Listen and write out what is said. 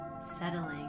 settling